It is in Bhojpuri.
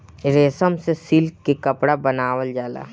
रेशम से सिल्क के कपड़ा बनावल जाला